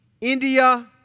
India